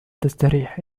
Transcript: تستريح